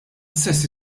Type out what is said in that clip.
stess